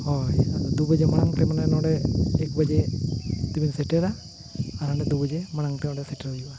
ᱦᱳᱭ ᱟᱫᱚ ᱫᱩᱵᱟᱡᱮ ᱢᱟᱲᱟᱝ ᱛᱮ ᱢᱟᱱᱮ ᱱᱚᱰᱮ ᱮᱠ ᱵᱟᱡᱮ ᱛᱮᱵᱮᱱ ᱥᱮᱴᱮᱨᱟ ᱟᱨ ᱚᱸᱰᱮ ᱫᱩ ᱵᱟᱡᱮ ᱢᱟᱲᱟᱝ ᱛᱮ ᱥᱮᱴᱮᱨ ᱦᱩᱭᱩᱜᱼᱟ